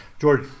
George